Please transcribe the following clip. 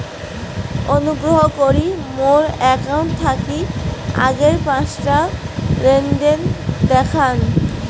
অনুগ্রহ করি মোর অ্যাকাউন্ট থাকি আগের পাঁচটা লেনদেন দেখান